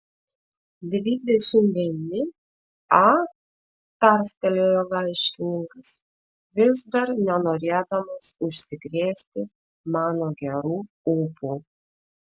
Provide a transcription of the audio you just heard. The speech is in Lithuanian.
dvidešimt vieni a tarstelėjo laiškininkas vis dar nenorėdamas užsikrėsti mano geru ūpu